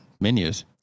Menus